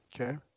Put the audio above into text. Okay